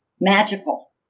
magical